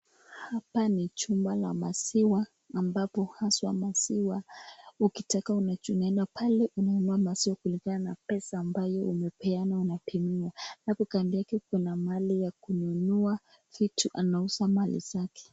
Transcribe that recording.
Hapa ni chumba la maziwa ambapo haswa maziwa ukitaka unaenda pale unanunua maziwa kulingana na pesa ambayo umepeana unapimiwa. Alafu kando yake kuna mahali ya kununua vitu. Anauza mali zake.